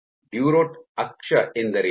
ಡುರೊಟ್ ಅಕ್ಷ ಎಂದರೇನು